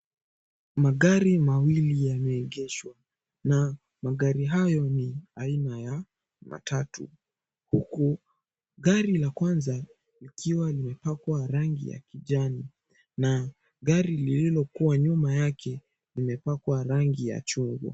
Magari mawili yameegeshwa na magari hayo ni aina ya matatu, huku gari la kwanza ikiwa limepakwa rangi ya kijani na gari lililokuwa nyuma yake limepakwa rangi ya chungwa.